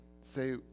say